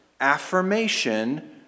affirmation